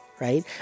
right